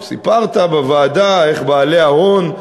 סיפרת בוועדה איך בעלי ההון,